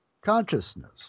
consciousness